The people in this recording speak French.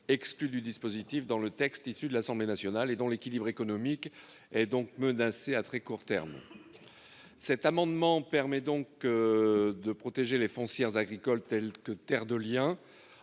exclues du dispositif dans le texte issu de l'Assemblée nationale et dont l'équilibre économique est donc menacé à très court terme. Son adoption permettrait de protéger les foncières agricoles telles que Terre de liens.